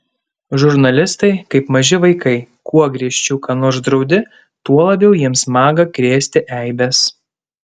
žurnalistai kaip maži vaikai kuo griežčiau ką nors draudi tuo labiau jiems maga krėsti eibes